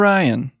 Ryan